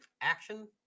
action